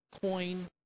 coin